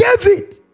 David